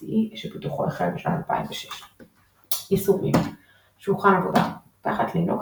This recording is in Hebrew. LXDE שפיתוחו החל בשנת 2006. יישומים שולחן עבודה תחת לינוקס,